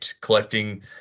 collecting